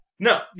No